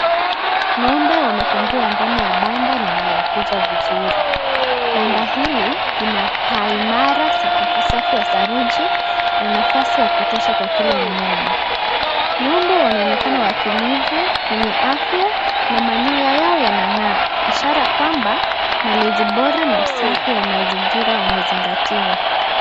Ng'ombe wamefungiwa ndani ya banda lililotuzwa vizuri. Banda hili lina paa imara sakafu safi ya saruji na nafasi ya kutosha kwa kila mnyama. Ng'ombe wanaonekana watulivu wenye afya na manyoya yao yanang'aa ishara kwamba malezi bora na usafi wa mazingira umezingatiwa.